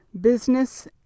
business